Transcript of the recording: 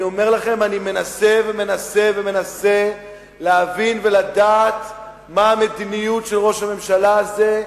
אני מנסה ומנסה ומנסה להבין ולדעת מה המדיניות של ראש הממשלה הזה,